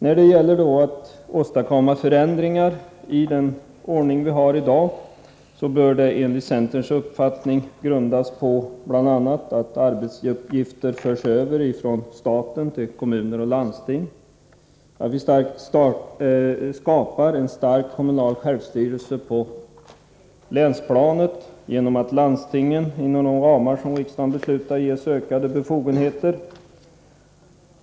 När det gäller att åstadkomma förändringar i dagens ordning bör enligt centerns uppfattning arbetsuppgifter föras över ifrån staten till kommuner och landsting. Vi vill skapa en stark kommunal självstyrelse på länsplanet genom att landstingen, inom de ramar som riksdagen har beslutat om, ges ökade befogenheter.